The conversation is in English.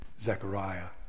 Zechariah